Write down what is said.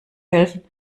helfen